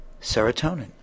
serotonin